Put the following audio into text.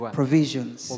provisions